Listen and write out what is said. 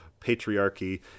patriarchy